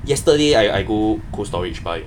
yesterday I I go Cold Storage buy